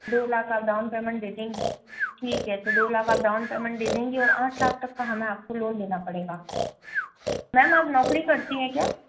दो लाख आप down payment दे देंगी ठीक है तो दो लाख आप डाउन पेमेंट दे देंगी और आठ लाख तक के हमें आपको लोन देना पड़ेगा मैम आप नौकरी करती हैं क्या